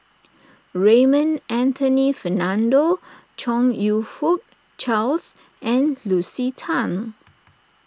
Raymond Anthony Fernando Chong You Fook Charles and Lucy Tan